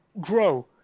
grow